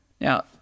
Now